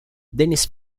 dennis